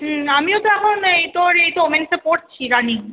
হুম আমিও তো এখন এই তোর এই তো ওমেন্সে পড়ছি রানিং